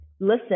listen